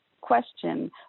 question